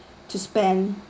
to spend